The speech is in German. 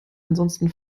ansonsten